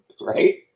Right